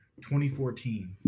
2014